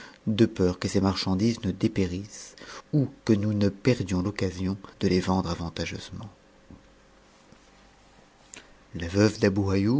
de peur que ces marchandises ne dépérissent ou que nous ne perdions l'occasion de les vendre avantageusement la veuve